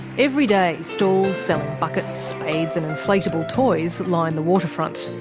every day stalls selling buckets, spades and inflatable toys line the waterfront.